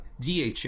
DHA